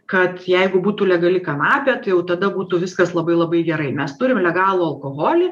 kad jeigu būtų legali kanapė tai jau tada būtų viskas labai labai gerai mes turim legalų alkoholį